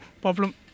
problem